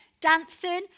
dancing